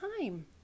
time